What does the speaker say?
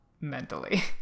mentally